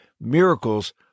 Miracles